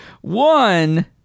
one